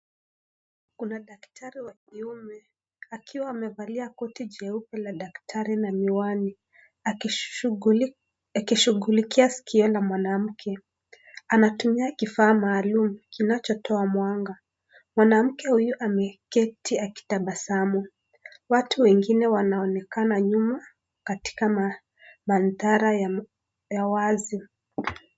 Kuna daktari wa kiume, akiwa amevalia koti jeupe la daktari na miwani, akishugulika, akishugulikia sikio la mwanaume, anatumia kifaa maalum, kinacho toa mwanga, mwanamke huyu ameketi akitabasamu, watu wengine wanaonekana nyuma, katika ma, manthara ya, ya wazi.